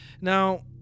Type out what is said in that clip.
now